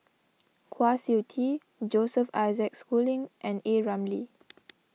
Kwa Siew Tee Joseph Isaac Schooling and A Ramli